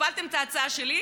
הפלתם את ההצעה שלי,